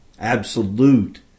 Absolute